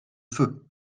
feu